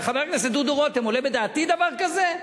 חבר הכנסת דודו רותם, עולה בדעתי דבר כזה?